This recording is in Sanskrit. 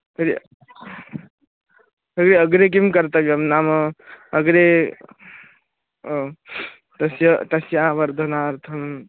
तर्हि तर्हि अग्रे किं कर्तव्यं नाम अग्रे तस्याः तस्याः वर्धनार्थं